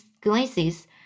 glances